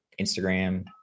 Instagram